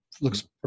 looks